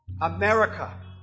America